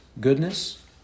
goodness